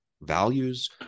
values